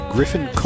Griffin